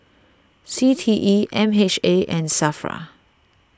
C T E M H A and Safra